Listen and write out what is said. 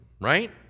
right